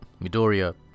Midoriya